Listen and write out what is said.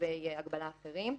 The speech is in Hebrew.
צווי הגבלה אחרים.